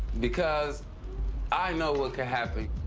because i know what could happen.